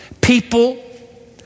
People